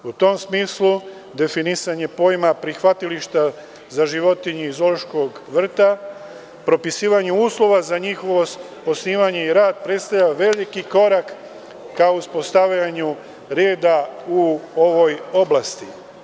U tom smislu definisanje pojma prihvatilišta za životinje iz zoološkog vrta, propisivanje uslova za njihovo osnivanje i rad predstavlja veliki korak ka uspostavljanju reda u ovoj oblasti.